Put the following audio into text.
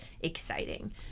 exciting